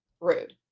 rude